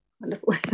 wonderful